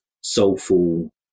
soulful